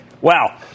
Wow